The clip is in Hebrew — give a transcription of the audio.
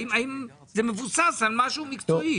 האם זה מבוסס על משהו מקצועי?